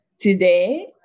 Today